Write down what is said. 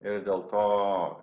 ir dėl to